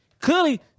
Clearly